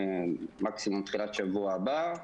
מקסימום תחילת שבוע הבא.